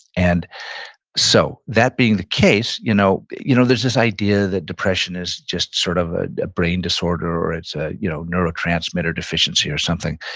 and so that being the case, you know you know there's this idea that depression is just sort of ah a brain disorder or it's a you know neurotransmitter deficiency or something.